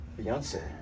Beyonce